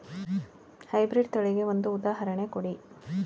High breed ತಳಿಗೆ ಒಂದು ಉದಾಹರಣೆ ಕೊಡಿ?